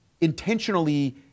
intentionally